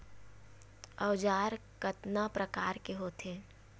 औजार कतना प्रकार के होथे?